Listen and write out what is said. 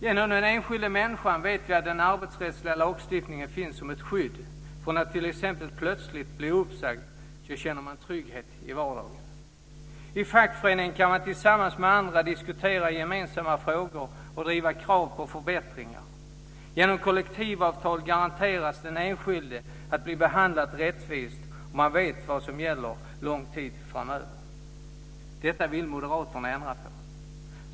Genom att den enskilda människan vet att den arbetsrättsliga lagstiftningen finns som ett skydd mot att t.ex. plötsligt bli uppsagd känner man trygghet i vardagen. I fackföreningen kan man tillsammans med andra diskutera gemensamma frågor och driva krav på förbättringar. Genom kollektivavtal garanteras den enskilde att bli behandlad rättvist, och man vet vad som gäller lång tid framöver. Detta vill moderaterna ändra på.